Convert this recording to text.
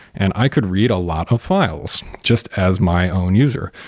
and i could read a lot of files just as my own user,